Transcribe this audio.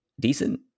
decent